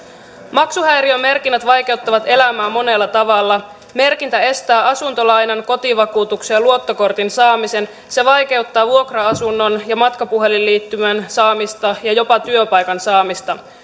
maksuhäiriömerkinnät vaikeuttavat elämää monella tavalla merkintä estää asuntolainan kotivakuutuksen ja luottokortin saamisen se vaikeuttaa vuokra asunnon ja matkapuhelinliittymän saamista ja jopa työpaikan saamista